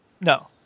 No